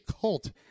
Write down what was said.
cult